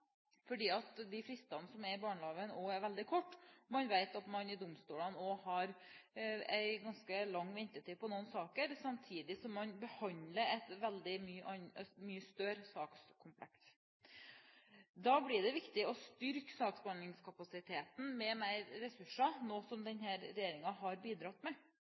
fordi de fristene som er i barneloven, også er veldig korte. Man vet at man i domstolene har en ganske lang ventetid i noen saker, samtidig som man behandler et veldig mye større sakskompleks. Da blir det viktig å styrke saksbehandlingskapasiteten med mer ressurser, noe som denne regjeringen har bidratt med.